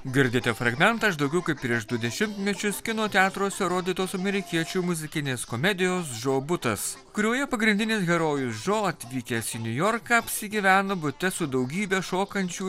girdite fragmentą iš daugiau kaip prieš du dešimtmečius kino teatruose rodytos amerikiečių muzikinės komedijos džo butas kurioje pagrindinis herojus džo atvykęs į niujorką apsigyveno bute su daugybe šokančių